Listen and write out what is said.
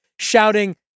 shouting